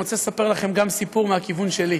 אני רוצה לספר לכם סיפור גם מהכיוון שלי.